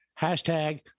hashtag